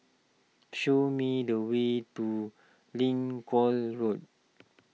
show me the way to Lincoln Road